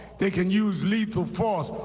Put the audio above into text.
they can use lethal force.